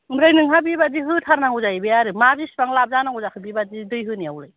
ओमफ्राय नोंहा बेबायदि होथारनांगौ जाहैबाय आरो मा बेसेबां लाब जानांगौ जाखो बेबायदि दै होनायावलाय